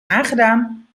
aangedaan